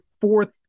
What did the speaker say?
fourth